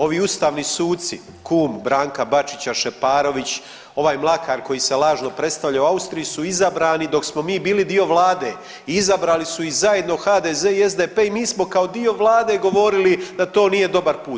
Ovi ustavni suci, kum Branka Bačića, Šeparović, ovaj Mlakar koji se lažno predstavlja u Austriji su izabrani dok smo mi bili dio Vlade, izabrali su ih zajedno HDZ i SDP i mi smo kao dio Vlade govorili da to nije dobar put.